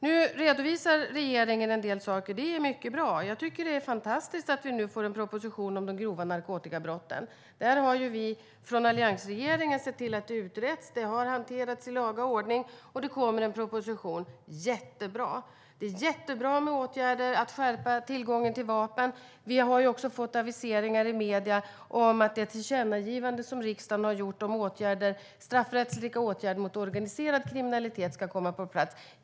Nu redovisar regeringen en del saker, och det är mycket bra. Det är fantastiskt att vi nu får en proposition om de grova narkotikabrotten. Alliansregeringen såg till att frågorna utreddes och hanterades i laga ordning, och det kommer nu en proposition. Jättebra! Det är bra med åtgärder som skärper hanteringen av tillgången till vapen. Det har också aviserats i medierna att det tillkännagivande som riksdagen har gjort om straffrättsliga åtgärder mot organiserad kriminalitet ska komma på plats.